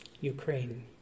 Ukraine